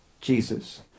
Jesus